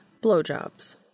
Blowjobs